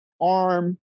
ARM